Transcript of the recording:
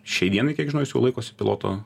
šiai dienai kiek žinau jis jau laikosi piloto